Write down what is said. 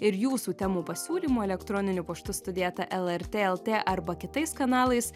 ir jūsų temų pasiūlymų elektroniniu paštu studija eta lrt lt arba kitais kanalais